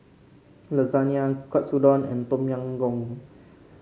Lasagne Katsudon and Tom Yam Goong